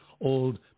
old